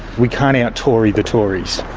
we can't out-tory the tories.